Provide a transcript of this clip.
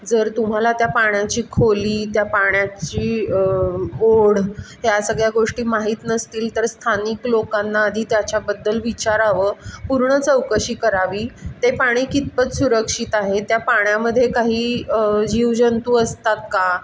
जर तुम्हाला त्या पाण्याची खोली त्या पाण्याची ओढ या सगळ्या गोष्टी माहीत नसतील तर स्थानिक लोकांना आधी त्याच्याबद्दल विचारावं पूर्ण चौकशी करावी ते पाणी कितपत सुरक्षित आहे त्या पाण्यामध्ये काही जीवजंतू असतात का